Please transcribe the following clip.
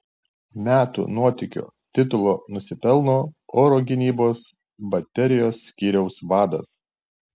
metų nuotykio titulo nusipelno oro gynybos baterijos skyriaus vadas